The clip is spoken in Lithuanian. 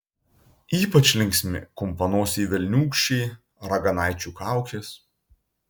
ypač linksmi kumpanosiai velniūkščiai raganaičių kaukės